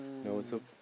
no so